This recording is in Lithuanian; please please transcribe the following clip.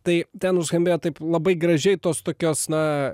tai ten nuskambėjo taip labai gražiai tos tokios na